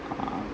ah